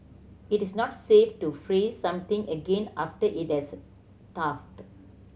it is not safe to freeze something again after it has thawed